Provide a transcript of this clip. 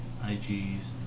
IGs